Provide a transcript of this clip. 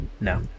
no